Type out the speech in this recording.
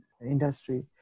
industry